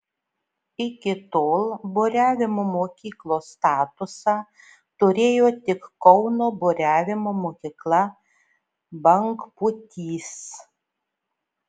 iki tol buriavimo mokyklos statusą turėjo tik kauno buriavimo mokykla bangpūtys